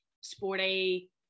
sporty